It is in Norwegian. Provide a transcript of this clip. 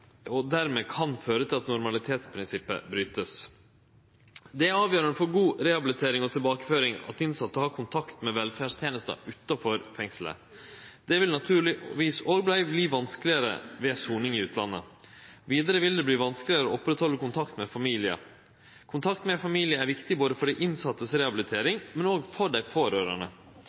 og det kan dermed føre til at normalitetsprinsippet brytast. Det er avgjerande for god rehabilitering og tilbakeføring at innsette har kontakt med velferdstenesta utanfor fengselet. Det vil naturlegvis òg verte vanskelegare ved soning i utlandet. Vidare vil det verte vanskelegare å oppretthalde kontakt med familien. Kontakt med familien er viktig, ikkje berre for rehabiliteringa for dei innsette, men også når det gjeld dei pårørande.